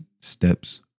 steps